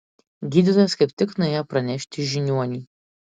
gydytojas kaip tik nuėjo pranešti žiniuoniui